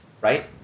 right